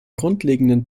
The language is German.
grundlegenden